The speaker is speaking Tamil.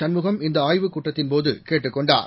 சண்முகம் இந்த ஆய்வுக் கூட்டத்தின்போது கேட்டுக் கொண்டார்